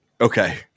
Okay